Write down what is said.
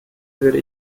würde